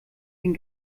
den